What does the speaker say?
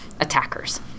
attackers